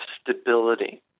stability